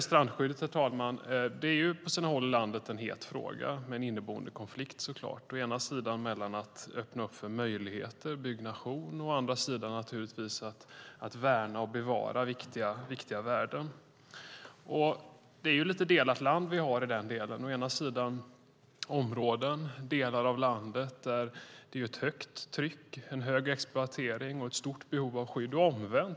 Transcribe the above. Strandskyddet är på sina håll i landet en het fråga med en inneboende konflikt mellan att å ena sidan öppna upp för möjligheter till byggnation och att å andra sidan värna och bevara viktiga värden. Landet är lite delat i fråga om detta. I delar av landet är det ett stort tryck, en stor exploatering och ett stort behov av skydd.